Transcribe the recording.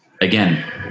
again